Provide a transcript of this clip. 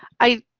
i